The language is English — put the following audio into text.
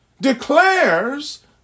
declares